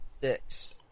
Six